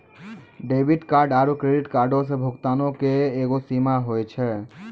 debit card आरू credit कार्डो से भुगतानो के एगो सीमा होय छै